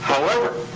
however.